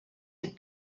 have